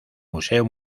museo